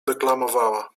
deklamowała